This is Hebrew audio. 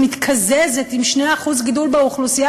מתקזזת עם 2% גידול באוכלוסייה,